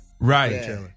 Right